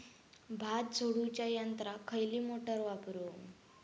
भात झोडूच्या यंत्राक खयली मोटार वापरू?